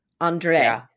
Andre